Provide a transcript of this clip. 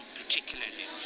particularly